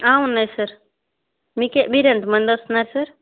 ఉన్నాయి సార్ మీకే మీరు ఎంత మంది వస్తున్నారు సార్